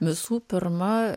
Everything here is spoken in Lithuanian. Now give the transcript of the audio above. visų pirma